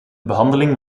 behandeling